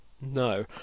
No